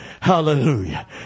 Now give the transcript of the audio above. Hallelujah